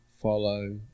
follow